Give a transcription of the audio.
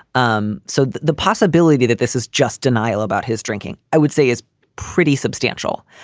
um so the possibility that this is just denial about his drinking. i would say is pretty substantial.